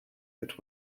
that